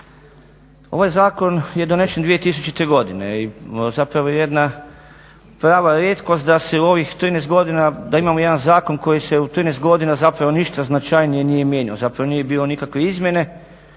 Ovaj zakon je donesen 2000. godine i zapravo je prava rijetkost da se u ovih 13 godina, da imamo jedan zakon koji se u 13 godina zapravo ništa značajnije nije mijenjao, zapravo nije imao nikakve izmjene